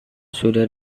sudah